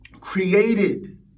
created